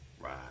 Right